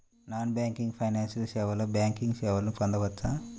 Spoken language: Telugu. నాన్ బ్యాంకింగ్ ఫైనాన్షియల్ సేవలో బ్యాంకింగ్ సేవలను పొందవచ్చా?